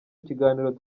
ikiganiro